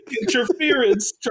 interference